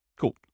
Cool